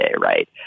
right